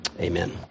amen